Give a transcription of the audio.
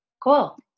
Cool